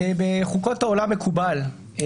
בחוקות העולם מקובל,